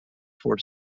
for